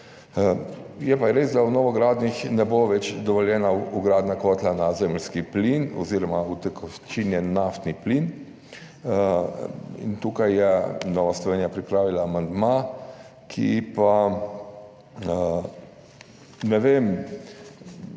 Je pa res, da v novogradnjah ne bo več dovoljena vgradnja kotla na zemeljski plin oziroma utekočinjen naftni plin. Tukaj je Nova Slovenija pripravila amandma. Ne vem,